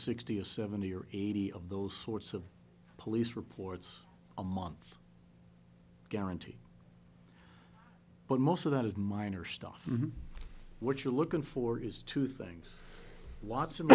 sixty or seventy or eighty of those sorts of police reports a month guarantee but most of that is minor stuff what you're looking for is two things wat